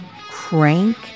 crank